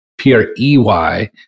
P-R-E-Y